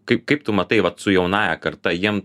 kaip kaip tu matai vat su jaunąja karta jiem